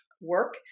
work